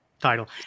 title